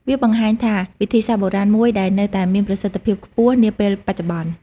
វាបង្ហាញថាវិធីសាស្រ្តបុរាណមួយដែលនៅតែមានប្រសិទ្ធភាពខ្ពស់នាពេលបច្ចុប្បន្ន។